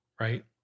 right